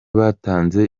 batanze